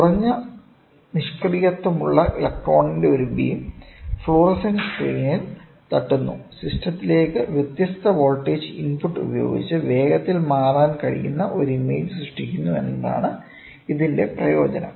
കുറഞ്ഞ നിഷ്ക്രിയത്വമുള്ള ഇലക്ട്രോണിന്റെ ഒരു ബീം ഫ്ലൂറസെന്റ് സ്ക്രീനിൽ തട്ടുന്നു സിസ്റ്റത്തിലേക്ക് വ്യത്യസ്ത വോൾട്ടേജ് ഇൻപുട്ട് ഉപയോഗിച്ച് വേഗത്തിൽ മാറാൻ കഴിയുന്ന ഒരു ഇമേജ് സൃഷ്ടിക്കുന്നു എന്നതാണ് ഇതിന്റെ പ്രയോജനം